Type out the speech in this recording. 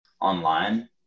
online